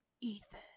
Ethan